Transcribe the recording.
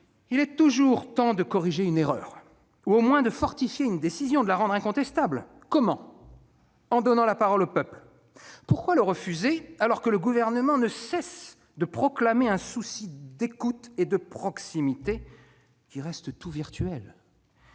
Il est toujours temps de corriger une erreur, ou au moins de fortifier une décision, de la rendre incontestable. Comment ? En donnant la parole au peuple ! Pourquoi le refuser, alors que le Gouvernement ne cesse de proclamer un souci d'écoute et de proximité qui reste tout virtuel ?